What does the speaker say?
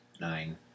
Nine